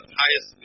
highest